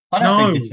No